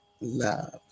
love